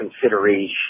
consideration